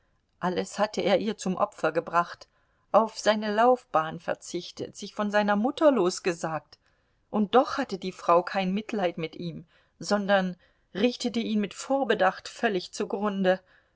alles hatte er ihr zum opfer gebracht auf seine laufbahn verzichtet sich von seiner mutter losgesagt und doch hatte die frau kein mitleid mit ihm sondern richtete ihn mit vorbedacht völlig zugrunde